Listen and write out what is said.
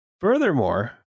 Furthermore